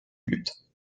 lutte